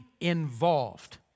involved